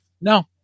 no